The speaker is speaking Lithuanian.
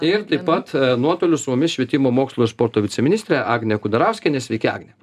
ir taip pat nuotoliu su mumis švietimo mokslo ir sporto viceministrė agnė kudarauskienė sveiki agne